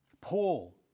Paul